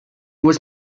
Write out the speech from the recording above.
was